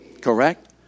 Correct